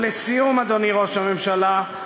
לסיום, אדוני ראש הממשלה,